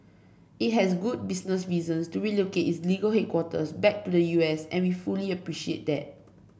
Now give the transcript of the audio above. it has good business reasons to relocate its legal headquarters back to the U S and we fully appreciate that